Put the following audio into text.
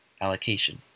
allocation